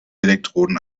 elektroden